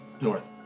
North